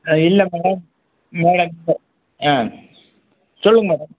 இல்லை மேடம் ஆ சொல்லுங்கள் மேடம்